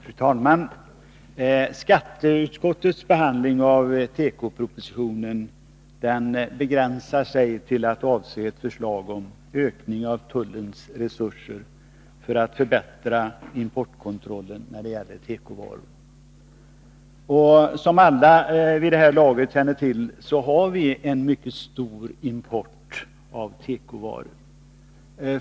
Fru talman! Skatteutskottets behandling av tekopropositionen begränsar sig till att avse ett förslag om en ökning av tullens resurser för att förbättra importkontrollen när det gäller tekovaror. Som alla vid det här laget känner till har vi en mycket stor import av tekovaror.